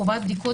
חובת בדיקות,